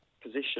position